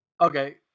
Okay